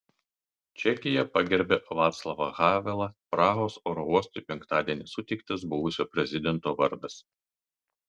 čekija pagerbia vaclavą havelą prahos oro uostui penktadienį suteiktas buvusio prezidento vardas